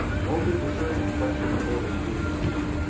nor did the surgeon question the orders he had received,